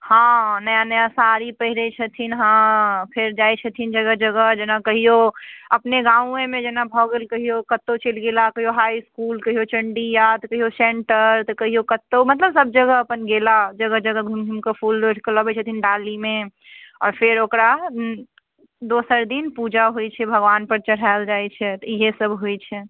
हँ नया नया साड़ी पहिरैत छथिन हँ फेर जाइत छथिन जगह जगह जेना कहियो अपने गाँवेमे जेना भऽ गेल कहियो कतहुँ चलि गेला कहियो हाइ इसकूल कहियो चण्डीयाद तऽ कहियो सेन्टर तऽ कहियो कतहुँ मतलब सभ जगह अपन गेला जगह जगह घुमि घुमि कऽ फूल लोढ़िके लबैत छथिन डालीमे आओर फेर ओकरा दोसर दिन पूजा होइत छै भगवान पर चढ़ायल जाइत छै तऽ इहे सभ होइत छै